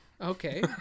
Okay